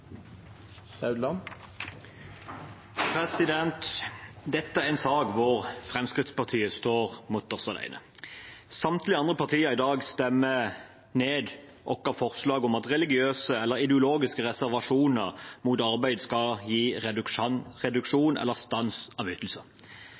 en sak der Fremskrittspartiet står mutters alene. Samtlige andre partier stemmer i dag ned vårt forslag om at religiøse eller ideologiske reservasjoner mot arbeid skal gi